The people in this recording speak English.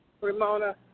Ramona